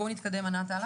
בואו נתקדם, ענת, הלאה.